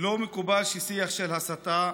לא מקובל ששיח של הסתה,